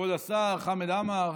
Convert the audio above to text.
כבוד השר חמד עמאר,